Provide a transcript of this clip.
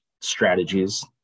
strategies